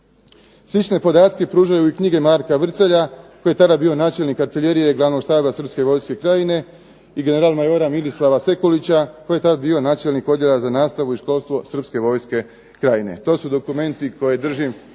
Slične podatke pružaju i knjige Marka Vrcelja koji je tada bio načelnik artiljerije Glavnog štaba srpske vojske krajine i generalmajora Milislava Sekulića koji je tada bio načelnik Odjela za nastavu i školstvo srpske vojske krajine. To su dokumenti koje držim